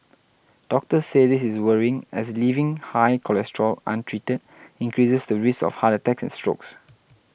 doctors say this is worrying as leaving high cholesterol untreated increases the risk of heart attacks and strokes